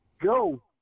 go